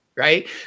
right